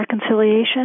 reconciliation